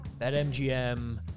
BetMGM